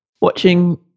watching